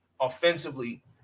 offensively